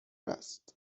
است